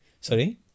Sorry